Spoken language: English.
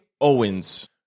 Owens